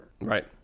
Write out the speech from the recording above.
Right